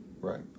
right